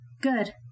Good